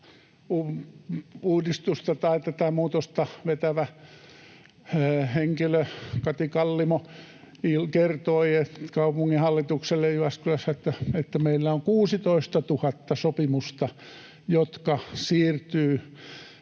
uudistusta, muutosta vetävä henkilö, Kati Kallimo, kertoi kaupunginhallitukselle Jyväskylässä, että meillä on 16 000 sopimusta, jotka siirtyvät